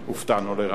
הופתענו לרעה.